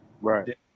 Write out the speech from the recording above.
Right